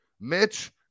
Mitch